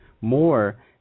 More